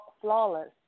Flawless